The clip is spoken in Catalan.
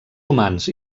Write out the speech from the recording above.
humans